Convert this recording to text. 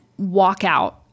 walkout